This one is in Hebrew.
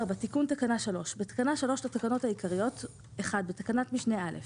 תיקון תקנה 3 בתקנה 3 לתקנות העיקריות - בתקנת משנה (א)